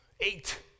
eight